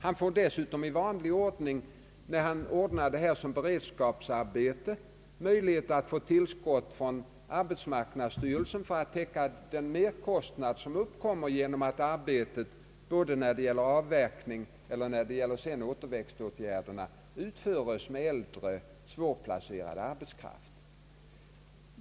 Han har dessutom i vanlig ordning, om arbetet utföres som beredskapsarbete, möjlighet att få tillskott från arbetsmarknadsstyrelsen för att täcka den merkostnad som uppkommer genom att arbetet med avverkningen och återväxtåtgärderna utföres av äldre svårplacerad arbetskraft.